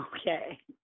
Okay